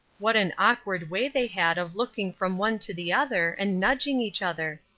what an awkward way they had of looking from one to the other, and nudging each other.